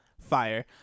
fire